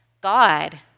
God